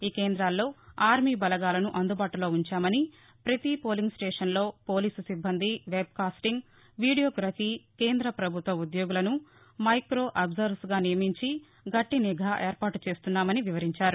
ఈ కేందాల్లో ఆర్మీ బలగాలను అందుబాటులో ఉంచుతామని ప్రతి పోలింగ్ స్టేషన్లో పోలీసు సిబ్బంది వెబ్కాస్టింగ్ వీడియోగ్రఫీ కేంద్ర ప్రభుత్వ ఉద్యోగులను మైకో అబ్జర్వర్స్గా నియమించి గట్టి నిఘా ఏర్పాటు చేస్తున్నామని వివరించారు